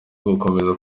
ugukomeza